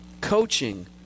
coaching